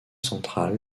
central